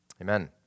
amen